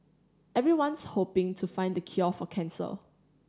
everyone's hoping to find the cure for cancer